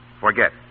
forget